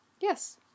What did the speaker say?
Yes